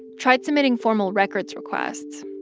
tried submitting formal records requests.